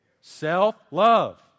Self-love